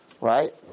right